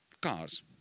cars